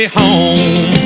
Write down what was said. home